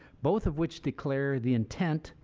both of which declare the intent,